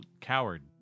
coward